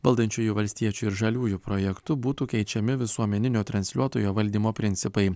valdančiųjų valstiečių ir žaliųjų projektu būtų keičiami visuomeninio transliuotojo valdymo principai